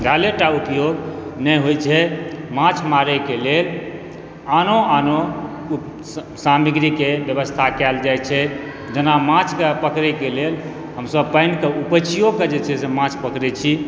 जालेटा उपयोग नहि होइ छै माँछ मारैके लेल आनो आनो सामग्रीके व्यवस्था कयल जाइ छै जेना माँछके पकरैके लेल हमसब पानिके उपैछिऔ कऽ जे छै माँछ पकरै छी